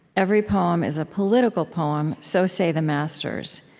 every poem is a political poem, so say the masters.